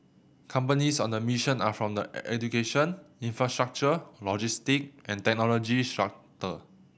companies on the mission are from the education infrastructure logistic and technology